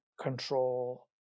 control